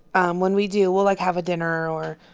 um when we do we'll, like, have a dinner or,